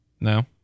No